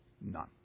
None